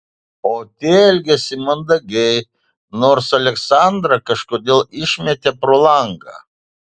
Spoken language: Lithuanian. o tie elgėsi mandagiai nors aleksandrą kažkodėl išmetė pro langą